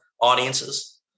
audiences